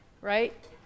right